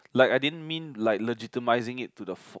like I didn't mean like legitimizing to the